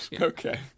Okay